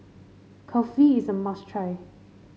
kulfi is a must try